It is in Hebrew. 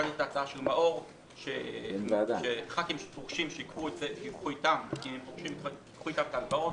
אני מעלה את ההצעה של מאור שחברי כנסת שפורשים ייקחו איתם את ההלוואות,